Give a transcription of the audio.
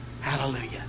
Hallelujah